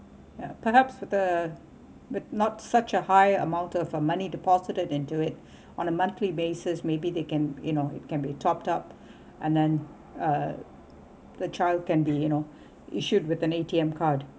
ya perhaps the but not such a high amount of uh money deposited into it on a monthly basis may be they can you know it can be topped up and then uh the child can be you know issued with an A_T_M card